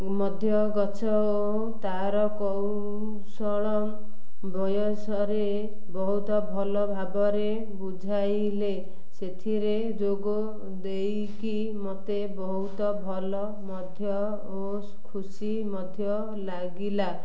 ମଧ୍ୟ ଗଛ ଓ ତାର କୌଶଳ ବୟସରେ ବହୁତ ଭଲ ଭାବରେ ବୁଝାଇଲେ ସେଥିରେ ଯୋଗ ଦେଇକି ମତେ ବହୁତ ଭଲ ମଧ୍ୟ ଓ ଖୁସି ମଧ୍ୟ ଲାଗିଲା